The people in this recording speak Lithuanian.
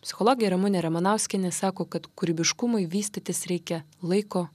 psichologė ramunė ramanauskienė sako kad kūrybiškumui vystytis reikia laiko